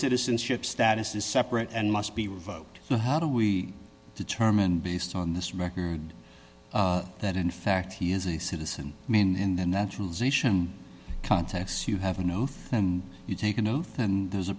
citizenship status is separate and must be revoked so how do we determine based on this record that in fact he is a citizen i mean in the naturalization context you have an oath and you take an oath and there's a